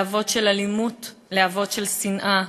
להבות של אלימות, להבות של שנאה,